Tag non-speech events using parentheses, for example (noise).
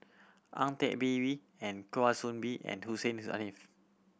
Ang Teck Bee (unintelligible) and Kwa Soon Bee and Hussein Haniff